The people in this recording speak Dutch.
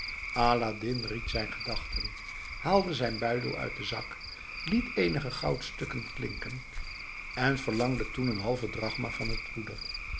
aladdin ried zijn gedachten haalde zijn buidel uit den zak liet eenige goudstukken klinken en verlangde toen een halve drachma van dat poeder